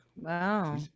wow